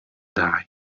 die